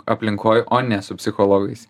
aplinkoj o ne su psichologais